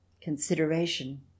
consideration